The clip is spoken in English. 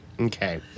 Okay